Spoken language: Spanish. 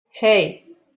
hey